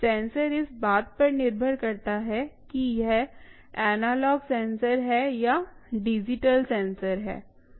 sensor इस बात पर निर्भर करता है कि यह एनालॉग सेंसर है या डिजिटल सेंसर है